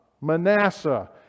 Manasseh